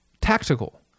tactical